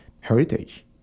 heritage